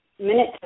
minute